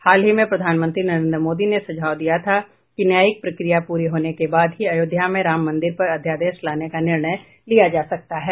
हाल ही में प्रधानमंत्री नरेन्द्र मोदी ने सुझाव दिया था कि न्यायिक प्रक्रिया पूरी होने के बाद ही अयोध्या में राम मंदिर पर अध्यादेश लाने का निर्णय लिया जा सकता है